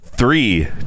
Three